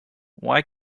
why